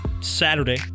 Saturday